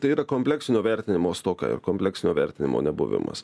tai yra kompleksinio vertinimo stoka ir kompleksinio vertinimo nebuvimas